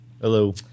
Hello